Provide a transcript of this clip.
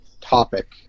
topic